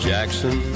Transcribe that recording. Jackson